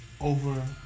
over